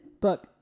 book